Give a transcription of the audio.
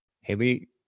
Haley